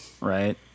Right